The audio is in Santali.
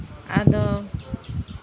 ᱟᱫᱚ